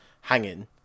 hanging